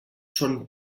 són